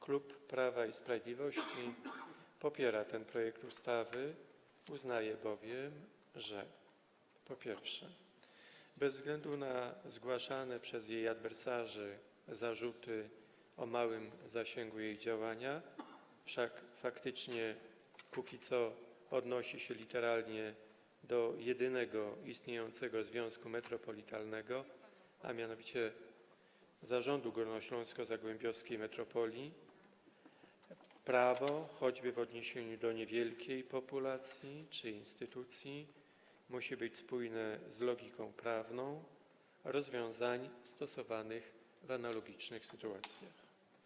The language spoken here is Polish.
Klub Prawa i Sprawiedliwości popiera ten projekt ustawy, uznaje bowiem, że, po pierwsze, bez względu na zgłaszane przez adwersarzy zarzuty o małym zasięgu działania tej ustawy - wszak faktycznie na razie odnosi się ona literalnie do jedynego istniejącego związku metropolitalnego, a mianowicie Zarządu Górnośląsko-Zagłębiowskiej Metropolii - prawo, choćby w odniesieniu do niewielkiej populacji czy instytucji, musi być spójne z logiką prawną rozwiązań stosowanych w analogicznych sytuacjach.